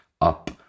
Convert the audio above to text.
up